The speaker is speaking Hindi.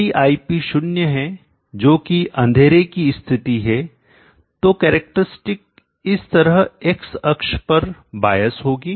यदि ip शुन्य है जो कि अंधेरे की स्थिति है तो कैरेक्टरस्टिक इस तरह एक्स अक्ष पर बायस होगी